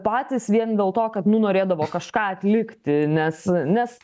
patys vien dėl to kad nu norėdavo kažką atlikti nes nes